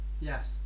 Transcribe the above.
Yes